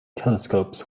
telescopes